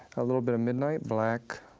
a little bit of midnight black,